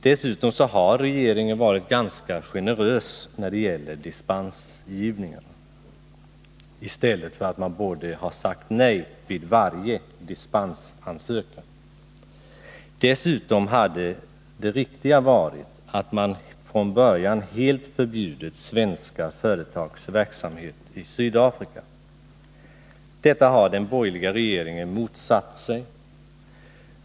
Regeringen har dessutom varit ganska generös när det gäller dispensgivningen. I stället borde man ha sagt nej till varje dispensansökan. Dessutom hade det riktiga varit att man från början helt förbjudit svenska företags verksamhet i Sydafrika. Detta har den borgerliga regeringen motsatt sig.